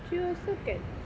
three also can